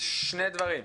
שני דברים: